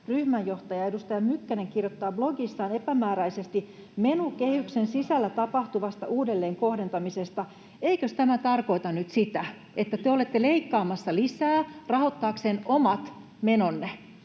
ryhmäjohtaja, edustaja Mykkänen kirjoittaa blogissaan epämääräisesti [Leena Meren välihuuto] menokehyksen sisällä tapahtuvasta uudelleenkohdentamisesta. Eikös tämä tarkoita nyt sitä, että te olette leikkaamassa lisää rahoittaaksenne omat menonne?